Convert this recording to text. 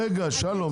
רגע, שלום.